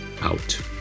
out